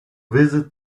visit